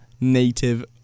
native